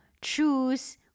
choose